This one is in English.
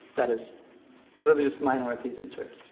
that is religious minorities in turkey.